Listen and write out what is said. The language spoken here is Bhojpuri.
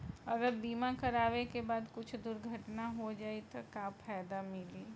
अगर बीमा करावे के बाद कुछ दुर्घटना हो जाई त का फायदा मिली?